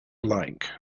alike